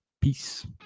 Peace